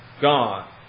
God